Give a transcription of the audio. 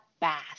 bath